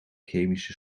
chemische